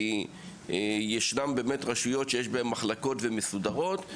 כי ישנן רשויות שיש בהן מחלקות והן מסודרות,